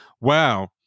wow